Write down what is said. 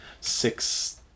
six